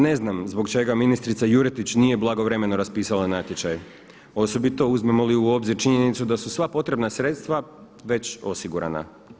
Ne znam zbog čega ministrica Juretić nije blagovremeno raspisala natječaj osobito uzmemo li i u obzir činjenicu da su sva potrebna sredstva već osigurana.